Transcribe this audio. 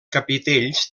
capitells